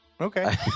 Okay